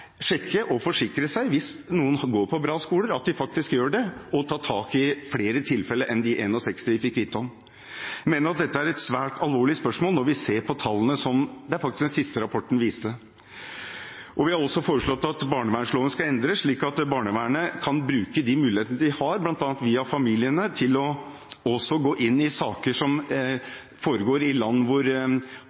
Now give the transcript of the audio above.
sjekke og forsikre seg om at de faktisk går på bra skoler, og ta tak i flere tilfeller enn de 61 de fikk vite om. Vi mener at dette er et svært alvorlig spørsmål, når vi ser på tallene som faktisk den siste rapporten viste. Vi har også foreslått at barnevernloven skal endres slik at barnevernet kan bruke de mulighetene de har, bl.a. via familiene, til å gå inn i saker som foregår i land